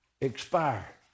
expire